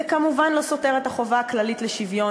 זה כמובן לא סותר את החובה הכללית לשוויון